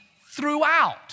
throughout